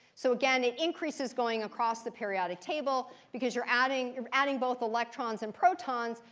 so again, it increases going across the periodic table because you're adding you're adding both electrons and protons.